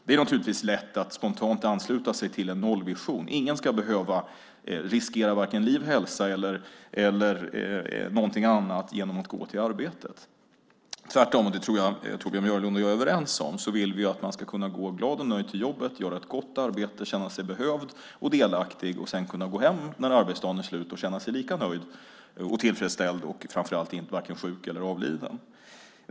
Det är naturligtvis lätt att spontant ansluta sig till en nollvision: Ingen ska behöva riskera vare sig liv, hälsa eller någonting annat genom att gå till arbetet. Tvärtom - det tror jag att Torbjörn Björlund och jag är överens om - vill vi att man ska kunna gå glad och nöjd till jobbet, göra ett gott arbete, känna sig behövd och delaktig och sedan kunna gå hem när arbetsdagen är slut och känna sig lika nöjd och tillfredsställd, och framför allt varken sjuk eller avliden.